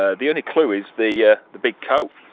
ah the only clue is the yeah the big coat.